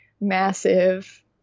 massive